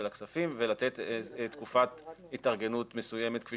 הכספים ולתת תקופת התארגנות מסוימת כפי